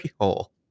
Hole